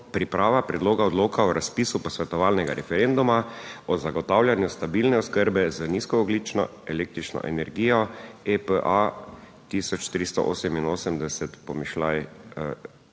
Priprava predloga odloka o razpisu posvetovalnega referenduma o zagotavljanju stabilne oskrbe z nizkoogljično električno energijo, EPA 1388-IX ter na